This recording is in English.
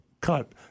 cut